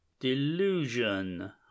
delusion